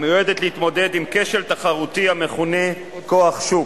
המיועדת להתמודד עם כשל תחרותי המכונה "כוח שוק",